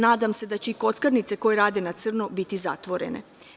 Nadam se da će i kockarnice koje rade na crno biti zatvorene.